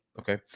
Okay